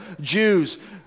Jews